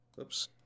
Oops